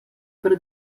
per